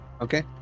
Okay